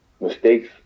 mistakes